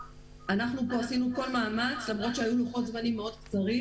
שהיו צריכים להתאים את כל האריזות לחוק בישראל.